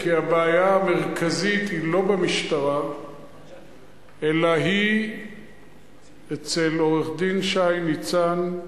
כי הבעיה המרכזית היא לא במשטרה אלא אצל עורך-דין שי ניצן,